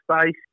space